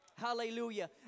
Hallelujah